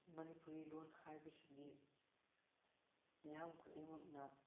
ꯃꯅꯤꯄꯨꯔꯤ ꯂꯣꯟ ꯍꯥꯏꯕꯁꯤꯗꯤ ꯃꯤꯌꯥꯝ ꯈꯨꯗꯤꯡꯃꯛꯅ